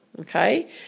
okay